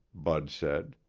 bud said.